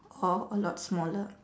or a lot smaller